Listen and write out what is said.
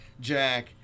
Jack